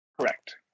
Correct